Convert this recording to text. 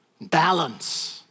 Balance